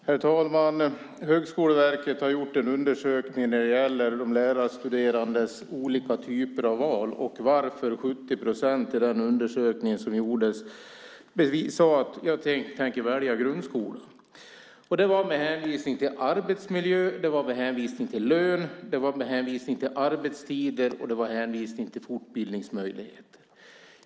Herr talman! Högskoleverket har gjort en undersökning om de lärarstuderandes olika typer av val och varför 70 procent i den undersökning som gjordes sade att de tänker välja grundskolan. Det var med hänvisning till arbetsmiljö, det var med hänvisning till lön, det var med hänvisning till arbetstider och det var med hänvisning till fortbildningsmöjligheter.